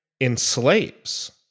enslaves